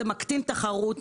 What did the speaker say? זה מקטין תחרות,